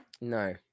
No